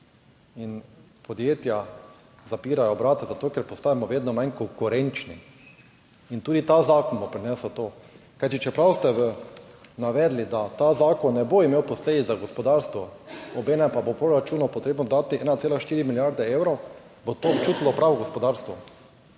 in podjetja zapirajo obrate zato, ker postajamo vedno manj konkurenčni. In tudi ta zakon bo prinesel to. Kajti, čeprav ste navedli, da ta zakon ne bo imel posledic za gospodarstvo, obenem pa bo v proračunu potrebno dati 1,4 milijarde evrov, bo to občutilo pravo gospodarstvo.